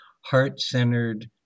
heart-centered